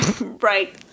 Right